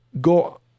go